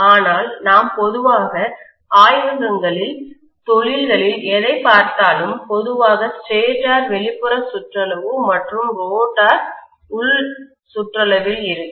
ஆனால் நாம் பொதுவாக ஆய்வகங்களில் தொழில்களில் எதைப் பார்த்தாலும் பொதுவாக ஸ்டேட்டர் வெளிப்புற சுற்றளவு மற்றும் ரோட்டார் உள் சுற்றளவில் இருக்கும்